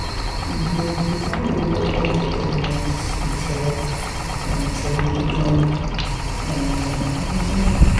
د بوټانو ډولونه لکه کرمیچ، سکیچر، چرمي بوټان او داسې نور.